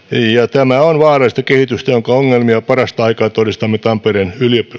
tämä on vaarallista kehitystä jonka ongelmia parasta aikaa todistamme tampereen